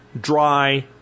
dry